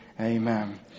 Amen